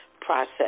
process